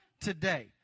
today